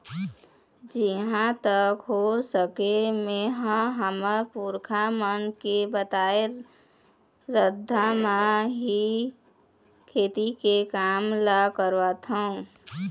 जिहाँ तक हो सकय मेंहा हमर पुरखा मन के बताए रद्दा म ही खेती के काम ल करथँव